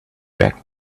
back